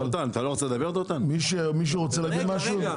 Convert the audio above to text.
אבל מישהו רוצה להגיד משהו?